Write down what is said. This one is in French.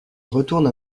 retourne